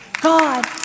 God